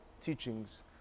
teachings